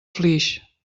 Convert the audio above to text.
flix